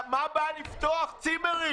שאלתי מה הבעיה לפתוח צימרים.